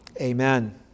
Amen